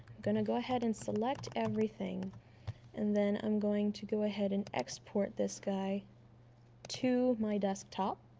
going to go ahead and select everything and then i'm going to go ahead and export this guy to my desktop